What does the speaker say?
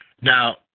Now